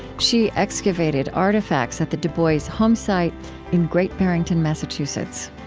she excavated artifacts at the du bois homesite in great barrington, massachusetts